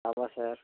ஆமாம் சார்